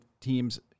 teams